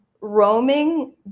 roaming